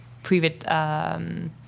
Private